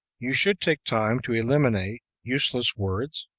you should take time to eliminate useless words,